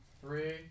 three